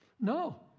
No